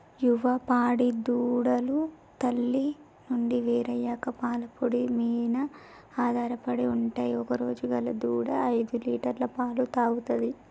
యువ పాడి దూడలు తల్లి నుండి వేరయ్యాక పాల పొడి మీన ఆధారపడి ఉంటయ్ ఒకరోజు గల దూడ ఐదులీటర్ల పాలు తాగుతది